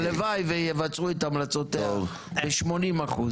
הלוואי שיבצעו את המלצותיה ב-80%,